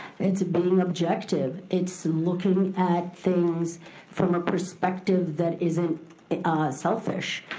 it's being objective, it's looking at things from a perspective that isn't selfish.